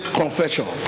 confession